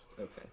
Okay